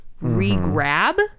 re-grab